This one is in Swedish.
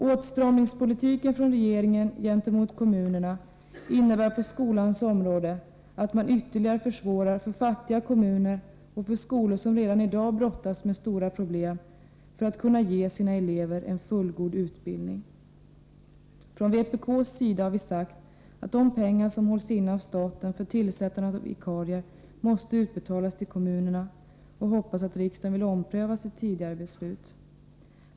Åtstramningspolitiken från regeringen gentemot kommunerna innebär på skolans område att man ytterligare försvårar för fattiga kommuner och för skolor som redan i dag brottas med stora problem för att kunna ge sina elever en fullgod utbildning. Från vpk:s sida har vi sagt att de pengar som hålls inne av staten för tillsättandet av vikarier måste utbetalas till kommunerna, och vi hoppas att riksdagen vill ompröva sitt tidigare beslut.